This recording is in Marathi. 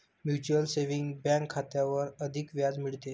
म्यूचुअल सेविंग बँक खात्यावर अधिक व्याज मिळते